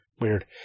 Weird